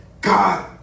God